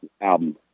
album